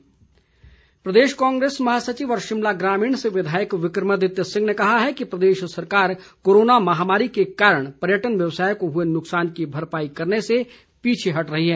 विक्रमादित्य सिंह प्रदेश कांग्रेस महासचिव व शिमला ग्रामीण से विधायक विक्रमादित्य सिंह ने कहा है कि प्रदेश सरकार कोरोना महामारी के कारण पर्यटन व्यवसाय को हुए नुकसान की भरपाई करने से पीछे हट रही है